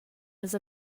las